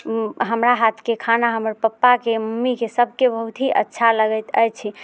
हमरा हाथके खाना हमर पप्पाके मम्मीके सबके बहुत ही अच्छा लगैत अछि